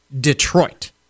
Detroit